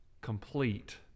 complete